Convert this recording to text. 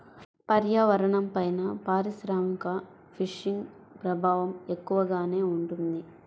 పర్యావరణంపైన పారిశ్రామిక ఫిషింగ్ ప్రభావం ఎక్కువగానే ఉంటుంది